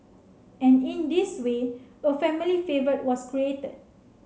and in this way a family favourite was created